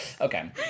Okay